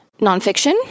nonfiction